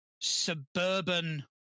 suburban